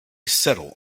settle